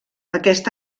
aquest